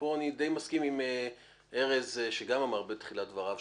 ופה אני דיי מסכים עם ארז שגם אמר בתחילת דבריו,